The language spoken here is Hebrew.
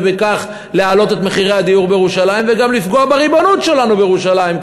ובכך להעלות את מחירי הדיור בירושלים וגם לפגוע בריבונות שלנו בירושלים?